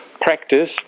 practice